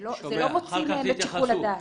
זה לא מוציא מהם את שיקול הדעת.